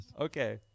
Okay